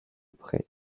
prêt